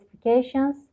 specifications